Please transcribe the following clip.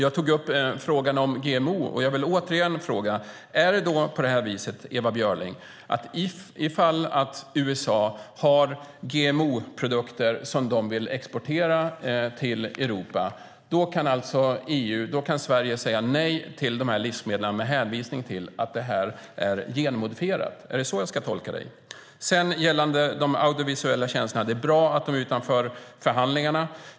Jag tog upp frågan om GMO, och jag vill återigen fråga: Är det så, Ewa Björling, att ifall USA har GMO-produkter som de vill exportera till Europa kan Sverige säga nej till de livsmedlen med hänvisning till att de är genmodifierade? Är det så jag ska tolka dig? Beträffande de audiovisuella tjänsterna vill jag säga att det är bra att de är utanför förhandlingarna.